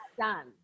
done